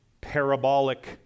parabolic